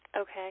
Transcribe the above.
Okay